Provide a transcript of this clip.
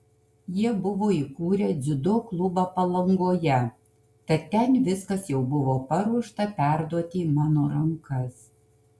jie buvo įkūrę dziudo klubą palangoje tad ten viskas jau buvo paruošta perduoti į mano rankas